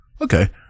Okay